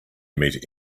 meet